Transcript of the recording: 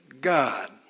God